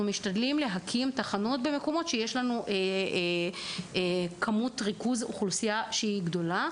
אנחנו משתדלים להקים תחנות במקומות שיש בהם ריכוז אוכלוסייה גדול.